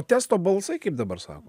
testo balsai kaip dabar sako